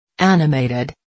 Animated